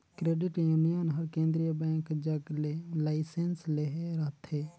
credit union हर केंद्रीय bank जग ले लाइसेंस लेहे रहथे